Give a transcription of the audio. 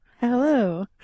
Hello